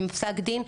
עם פסק דין,